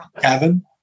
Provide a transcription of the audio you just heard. Kevin